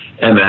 MS